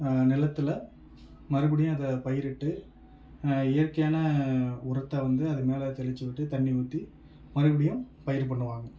நிலத்துல மறுபடியும் அதை பயிரிட்டு இயற்கையான உரத்தை வந்து அது மேலே தெளிச்சிவிட்டு தண்ணி ஊற்றி மறுபடியும் பயிர் பண்ணுவாங்கள்